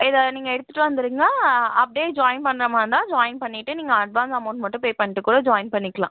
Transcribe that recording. இதை நீங்கள் எடுத்துகிட்டு வந்துவிடுங்க அப்படியே ஜாயின் பண்ணுறமாரி இருந்தால் ஜாயின் பண்ணிவிட்டு நீங்கள் அட்வான்ஸ் அமௌன்ட் மட்டும் பே பண்ணிவிட்டு கூட ஜாயின் பண்ணிக்கலாம்